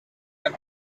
can